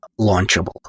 launchable